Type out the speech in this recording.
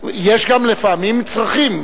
יש גם לפעמים צרכים.